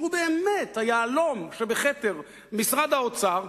שהוא באמת היהלום שבכתר משרד האוצר,